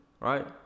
Right